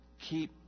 keep